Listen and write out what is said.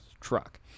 truck